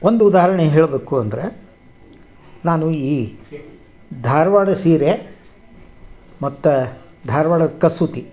ಒಂದು ಉದಾಹರಣೆ ಹೇಳಬೇಕು ಅಂದ್ರೆ ನಾನು ಈ ಧಾರ್ವಾಡ ಸೀರೆ ಮತ್ತು ಧಾರವಾಡ ಕಸೂತಿ